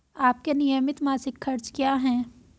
आपके नियमित मासिक खर्च क्या हैं?